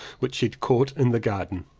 which he had caught in the garden.